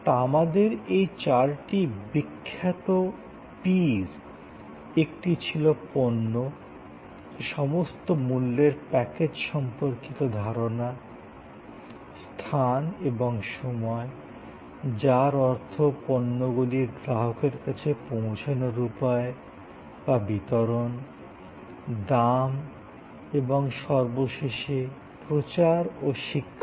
তা আমাদের এই চারটি বিখ্যাত পির একটি ছিল পণ্য সমস্ত মূল্যর প্যাকেজ সম্পর্কিত ধারনা স্থান এবং সময় যার অর্থ পণ্যগুলি গ্রাহকের কাছে পৌঁছানোর উপায় বা বিতরণ দাম এবং সর্বশেষে প্রচার ও শিক্ষা